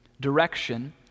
direction